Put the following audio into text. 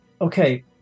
okay